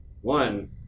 one